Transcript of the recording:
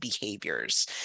behaviors